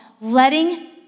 letting